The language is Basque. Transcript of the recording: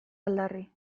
aldarri